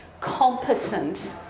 competent